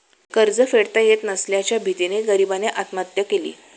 कर्ज फेडता येत नसल्याच्या भीतीने गरीबाने आत्महत्या केली